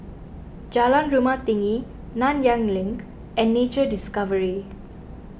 Jalan Rumah Tinggi Nanyang Link and Nature Discovery